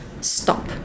stop